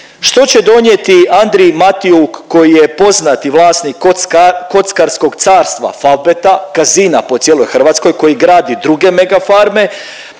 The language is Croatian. Što će donijeti Andriji Matiukha koji je poznati vlasnik kockarskog carstva Favbeta casina po cijeloj Hrvatskoj koji gradi druge megafarme?